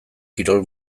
kirol